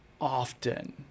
often